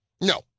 No